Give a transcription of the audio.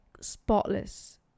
spotless